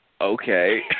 okay